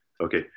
Okay